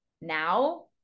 now